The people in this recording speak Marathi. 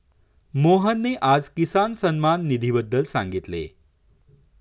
मोहनने आज किसान सन्मान निधीबद्दल सांगितले